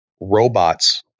robots